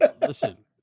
listen